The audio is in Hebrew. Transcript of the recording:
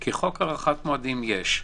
כי חוק הארכת מועדים יש.